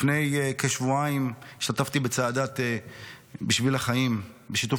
לפני כשבועיים השתתפתי בצעדת בשביל החיים בשיתוף